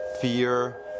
fear